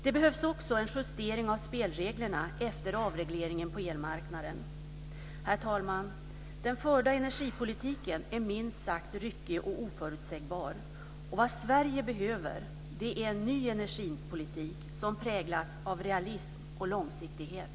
Det behövs också en justering av spelreglerna efter avregleringen på elmarknaden. Herr talman! Den förda energipolitiken är minst sagt ryckig och oförutsägbar. Vad Sverige behöver är en ny energipolitik som präglas av realism och långsiktighet.